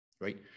right